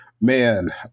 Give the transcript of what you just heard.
Man